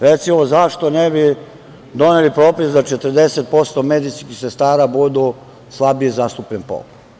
Recimo, zašto ne bi doneli propis da 40% medicinskih sestara budu slabije zastupljen pol?